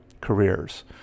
careers